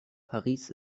paris